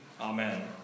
Amen